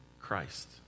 Christ